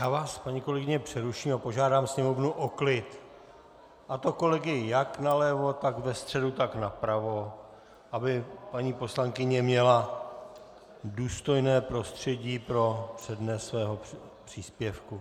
Já vás, paní kolegyně, přeruším a požádám sněmovnu o klid, a to kolegy jak nalevo, tak ve středu, tak napravo, aby paní poslankyně měla důstojné prostředí pro přednes svého příspěvku.